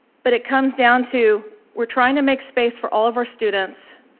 but it comes down to we're trying to make space for all of our students.